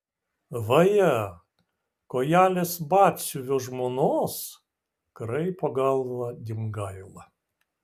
vaje kojelės batsiuvio žmonos kraipo galvą dimgaila